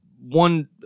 one